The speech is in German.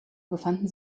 befanden